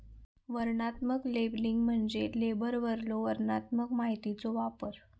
वर्णनात्मक लेबलिंग म्हणजे लेबलवरलो वर्णनात्मक माहितीचो वापर